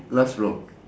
last floor